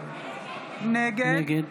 נגד